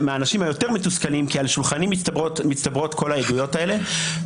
כי על שולחני מצטברות כל העדויות האלה.